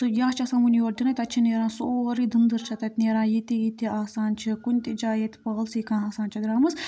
یا چھُ آسان وٕنہِ یورٕ دِنٕے تَتہِ چھِ نیران سورُے دنٛدٕر چھِ تَتہِ نیران یہِ تہِ یہِ تہِ آسان چھِ کُنہِ تہِ جایہِ ییٚتہِ پالسی کانٛہہ آسان چھِ درٛامٕژ